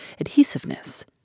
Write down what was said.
adhesiveness